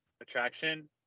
attraction